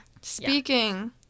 speaking